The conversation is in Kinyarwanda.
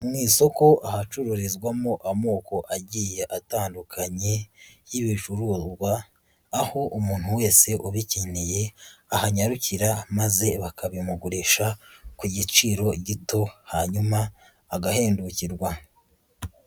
Mu isoko ahacururizwamo amoko agiye atandukanye y'ibicuruzwa aho umuntu wese ubikeneye ahanyarukira maze bakabimugurisha ku giciro gito hanyuma agahendukirwa.